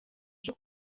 ejo